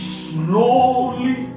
slowly